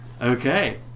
Okay